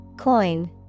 Coin